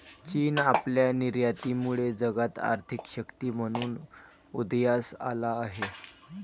चीन आपल्या निर्यातीमुळे जगात आर्थिक शक्ती म्हणून उदयास आला आहे